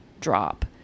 drop